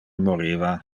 moriva